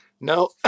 No